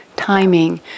Timing